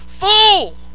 fool